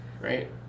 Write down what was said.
right